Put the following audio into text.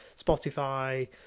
Spotify